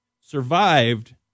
survived